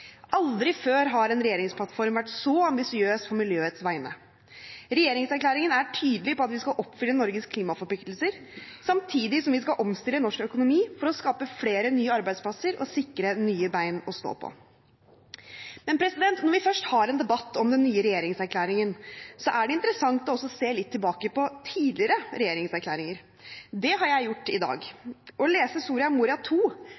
Aldri før har en regjeringsplattform vært så ambisiøs på miljøets vegne. Regjeringserklæringen er tydelig på at vi skal oppfylle Norges klimaforpliktelser, samtidig som vi skal omstille norsk økonomi for å skape flere nye arbeidsplasser og sikre nye ben å stå på. Når vi først har en debatt om den nye regjeringserklæringen, er det interessant å se litt tilbake på tidligere regjeringserklæringer. Det har jeg gjort i dag. Å lese Soria Moria II